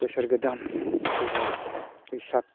बोसोर गोदान फैबाय बैसाग